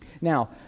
Now